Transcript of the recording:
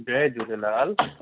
Jay Jhulelal